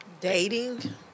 Dating